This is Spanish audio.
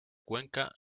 cuenca